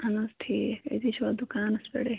اہن حظ ٹھیٖک أتی چھُوا دُکانَس پٮ۪ٹھٕے